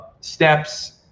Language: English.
steps